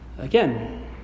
Again